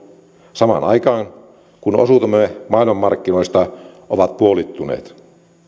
samaan aikaan kun osuutemme maailmanmarkkinoista ovat puolittuneet